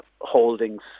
holdings